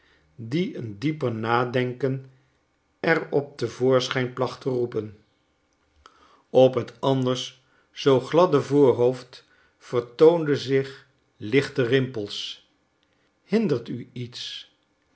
die een dieper nadenken er op te voorschijn placht te roepen op het anders zoo gladde voorhoofd vertoonden zich lichte rimpels hindert u iets